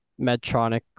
Medtronic